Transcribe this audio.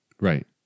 Right